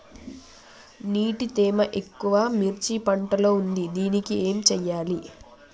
నీటి తేమ ఎక్కువ మిర్చి పంట లో ఉంది దీనికి ఏం చేయాలి?